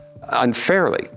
unfairly